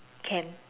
can